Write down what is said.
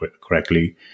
correctly